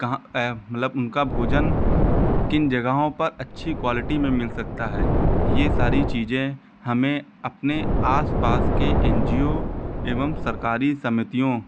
कहाँ मतलब उनका भोजन किन जगहों पर अच्छी क्वालिटी में मिल सकता है यह सारी चीज़ें हमें अपने आसपास के एन जी ओ एवं सरकारी समितियों